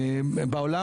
בעולם,